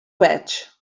veig